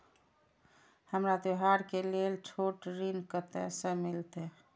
हमरा त्योहार के लेल छोट ऋण कते से मिलते?